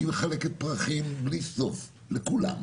היא מחלקת פרחים בלי סוף לכולם.